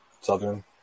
southern